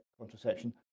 contraception